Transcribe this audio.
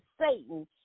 Satan